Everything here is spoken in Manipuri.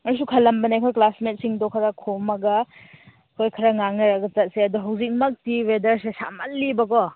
ꯑꯩꯁꯨ ꯈꯜꯂꯝꯕꯅꯦ ꯑꯩꯈꯣꯏ ꯀ꯭ꯂꯥꯁꯃꯦꯠꯁꯤꯡꯗꯣ ꯈꯔ ꯈꯣꯝꯂꯒ ꯑꯩꯈꯣꯏ ꯈꯔ ꯉꯥꯡꯅꯔꯒ ꯆꯠꯁꯦ ꯑꯗꯣ ꯍꯧꯖꯤꯛꯃꯛꯇꯤ ꯋꯦꯗꯔꯁꯦ ꯁꯥꯃꯜꯂꯤꯕꯀꯣ